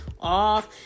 off